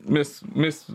mis mis